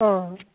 অঁ